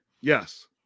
Yes